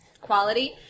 quality